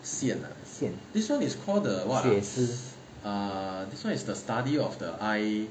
谢了先 this [one] is called the cases ah this [one] is the study of the I